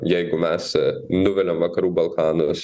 jeigu mes nuviliam vakarų balkanus